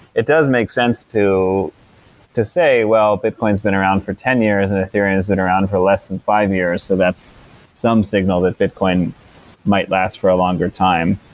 it does make sense to to say, well bitcoin has been around for ten years and ethereum has been around for less than five years, so that's some signal that bitcoin might last for a longer time.